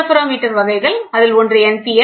interferometer வகைகள் அதில் ஒன்று என்